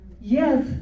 yes